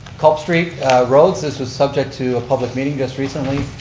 culp street roads, this was subject to a public meeting just recently,